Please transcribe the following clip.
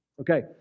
Okay